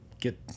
get